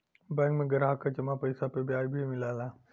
bank में ग्राहक क जमा पइसा पे ब्याज भी मिलला